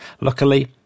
Luckily